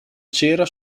cera